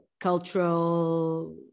cultural